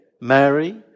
Mary